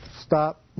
stop